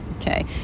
okay